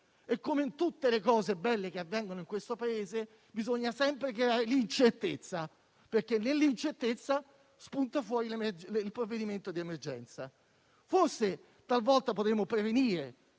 e, come per tutte le cose belle che avvengono in questo Paese, bisogna sempre creare l'incertezza, perché nell'incertezza spunta fuori il provvedimento di emergenza. Forse talvolta potremmo prevenire